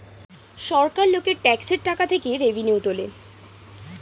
সরকার লোকের ট্যাক্সের টাকা থেকে রেভিনিউ তোলে